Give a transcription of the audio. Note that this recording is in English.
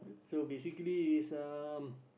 so basically it's um